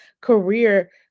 career